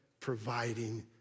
providing